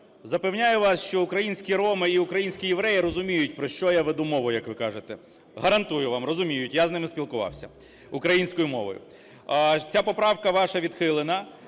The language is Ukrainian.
Запевняю вас, що українські роми і українські євреї розуміють, про що я веду мову, як ви кажете. Гарантую вам, розуміють, я з ними спілкувався українською мовою. Ця поправка ваша відхилена